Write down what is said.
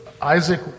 Isaac